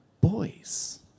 boys